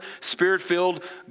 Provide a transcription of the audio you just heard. Spirit-filled